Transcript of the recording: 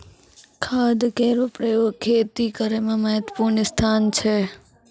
खाद केरो प्रयोग खेती करै म महत्त्वपूर्ण स्थान छै